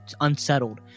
unsettled